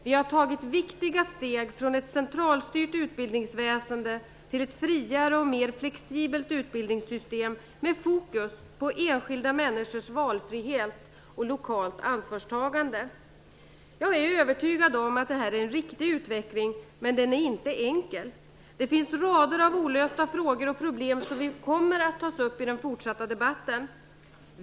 Vi har tagit viktiga steg från ett centralstyrt utbildningsväsende till ett friare och mer flexibelt utbildningssystem med fokus på enskilda människors valfrihet och på lokalt ansvarstagande. Jag är övertygad om att det här är en riktig utveckling, men den är inte enkel. Det finns rader av olösta frågor och problem som kommer att tas upp i den fortsatta debatten.